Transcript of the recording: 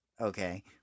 Okay